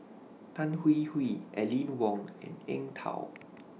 Tan Hwee Hwee Aline Wong and Eng Tow